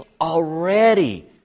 already